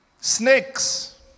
Snakes